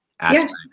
Aspects